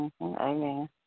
Amen